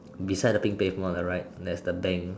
beside the pink pavement on the right there's the bank